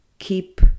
keep